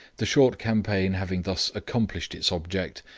the short campaign having thus accomplished its object,